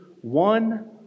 one